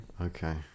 Okay